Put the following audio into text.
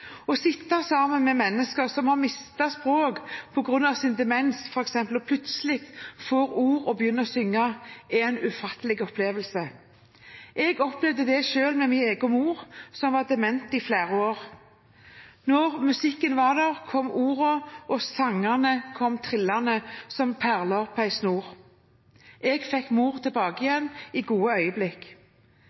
Å sitte sammen med mennesker som har mistet språket på grunn av f.eks. demens, og som plutselig får ord og begynner å synge, er en ufattelig opplevelse. Jeg opplevde det selv med min egen mor, som var dement i flere år. Når musikken var der, kom ordene, og sangene kom trillende som perler på en snor. Jeg fikk mor tilbake i gode øyeblikk.